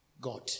God